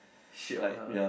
sure a not